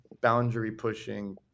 boundary-pushing